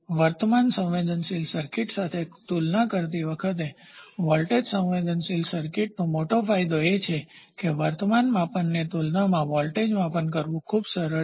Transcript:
વર્તમાન સંવેદનશીલ સર્કિટ સાથે તુલના કરતી વખતે વોલ્ટેજ સંવેદનશીલ સર્કિટનો મોટો ફાયદો એ છે કે વર્તમાન માપનની તુલનામાં વોલ્ટેજ માપન કરવું ખૂબ સરળ છે